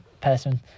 person